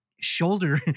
shoulder